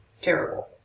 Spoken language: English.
Terrible